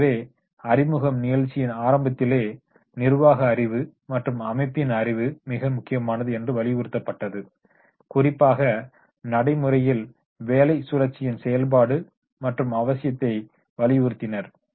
எனவே அறிமுக நிகழ்ச்சியின் ஆரம்பத்திலே நிர்வாக அறிவு மற்றும் அமைப்பின் அறிவு மிக முக்கியமானது என்று வலியுறுத்தப்பட்டது குறிப்பாக நடைமுறையில் பணி சுழற்சியின் செயல்பாடு மற்றும் அவசியத்தை வலியுறுத்தினர்